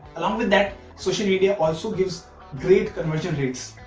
along with that social media also gives great conversion rates.